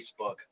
Facebook